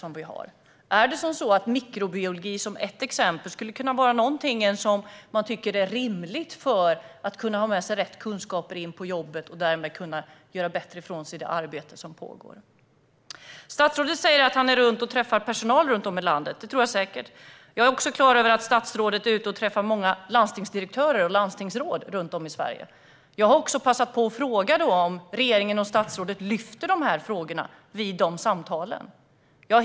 Skulle exempelvis mikrobiologi kunna vara någonting som det är rimligt att få lära sig för att ha rätt kunskaper med sig in på jobbet och därmed kunna göra bättre ifrån sig i det arbete som pågår? Statsrådet säger att han åker ut och träffar personal runt om i landet. Det tror jag säkert. Jag är också klar över att statsrådet är ute och träffar många landstingsdirektörer och landstingsråd runt om i Sverige. Jag har passat på att fråga dem om regeringen och statsrådet lyfter upp de här frågorna i de samtalen.